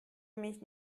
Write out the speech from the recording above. mich